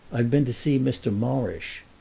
i've been to see mr. morrish.